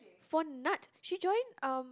for nuts she joined um